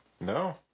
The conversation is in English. No